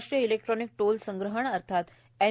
राष्ट्रीय electronic toll संग्रहण अर्थात एन